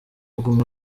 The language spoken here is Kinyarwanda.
guma